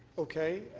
okay.